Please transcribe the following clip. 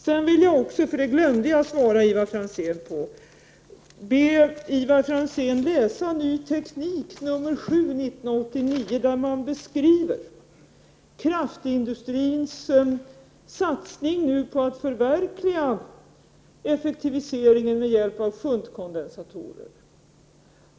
Sedan vill jag be Ivar Franzén — det glömde jag tidigare — att läsa Ny Teknik nr 7 för i år, där man beskriver kraftindustrins satsning på att förverkliga effektiviseringen med hjälp av shuntkondensatorer.